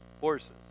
Horses